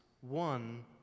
one